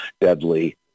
deadly